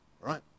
Right